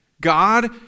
God